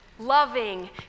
loving